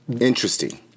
Interesting